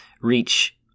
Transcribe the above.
reach